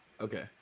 Okay